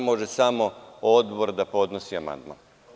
Može samo odbor da podnosi amandman.